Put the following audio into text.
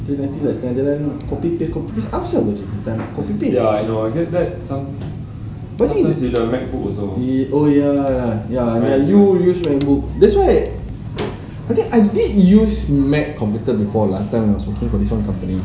then kadang-kadang like copy paste copy paste apasal ni tak copy paste to me it's oh ya ya you use Macbook that's why I think I did use Mac computer before last time when I was working for this one company